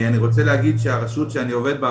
אני רוצה להגיד שהרשות שאני עובד בה,